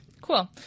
Cool